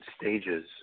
stages